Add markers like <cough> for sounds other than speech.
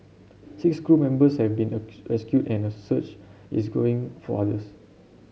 six crew members have been <unintelligible> rescued and a search is growing for others